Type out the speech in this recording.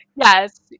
Yes